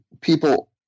people